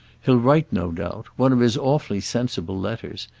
he'll write no doubt one of his awfully sensible letters,